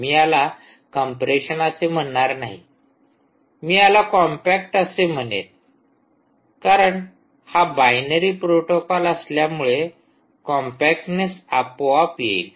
मी याला कम्प्रेशन असे म्हणणार नाही मी याला कॉम्पॅक्ट असे म्हणेल कारण हा बायनरी प्रोटोकॉल असल्यामुळे कंपॅक्टनेस आपोआप येईल